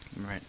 Right